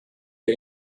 der